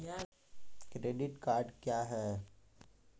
Credit card क्या हैं?